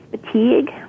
fatigue